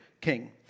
king